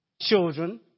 children